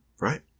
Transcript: Right